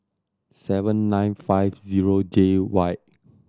seven nine five zero J Y